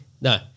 no